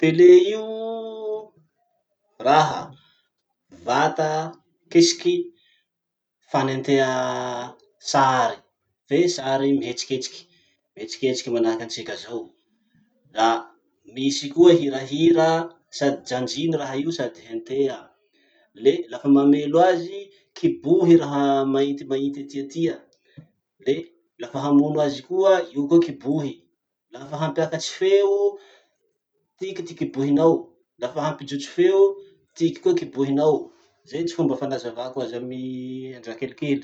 Tele io raha: vata, kesiky, fanentea sary, fe sary mihetsiketsiky, mihetsiketsiky manahaky antsika zao. La misy koa hirahira sady janjiny raha io sady hentia. Le lafa mamelo azy, kibohy raha maintimainty aty tia, lafa hamono azy koa, io koa kibohy. Lafa hampiakatsy feo, tiky ty kibohinao, lafa hampijotso feo, tiky koa kibohinao. Zay ty fomba fanazavakà azy amy ajà kelikely.